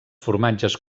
formatges